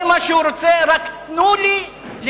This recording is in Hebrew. כל מה שהוא רוצה: רק תנו לי להיפגש.